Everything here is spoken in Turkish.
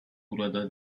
burada